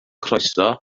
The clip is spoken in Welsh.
croeso